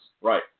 Right